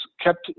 kept